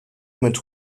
mit